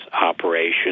operation